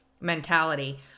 mentality